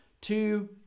two